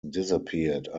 disappeared